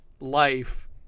life